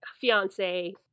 fiance